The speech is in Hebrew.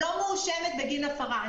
מואשמת בגין הפרה.